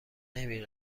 نمی